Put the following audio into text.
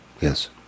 Yes